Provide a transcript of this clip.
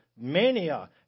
mania